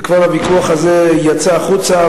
וכבר הוויכוח הזה יצא החוצה,